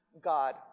God